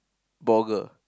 ball girl